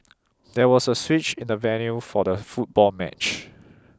there was a switch in the venue for the football match